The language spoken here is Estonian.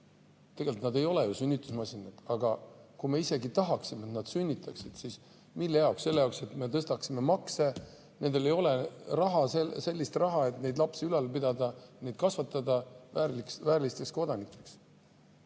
Tegelikult nad ei ole ju sünnitusmasinad. Aga kui me isegi tahaksime, et nad sünnitaksid, siis mille jaoks? Selle jaoks, et me tõstaksime makse? Nendel ei ole raha, sellist raha, et neid lapsi ülal pidada, neid kasvatada väärilisteks kodanikeks.